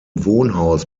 wohnhaus